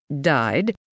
died